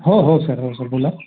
हो हो सर हो सर बोला